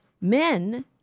men